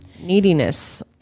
Neediness